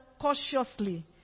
cautiously